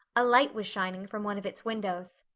a light was shining from one of its windows.